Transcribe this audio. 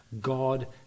God